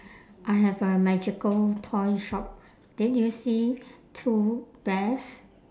I have a magical toy shop then do you see two bears